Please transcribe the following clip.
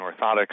orthotics